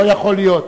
לא יכול להיות.